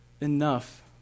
enough